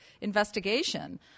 investigation